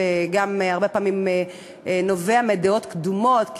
וגם הרבה פעמים היא נובעת מדעות קדומות,